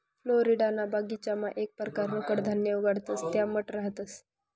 फ्लोरिडाना बगीचामा येक परकारनं कडधान्य उगाडतंस त्या मठ रहातंस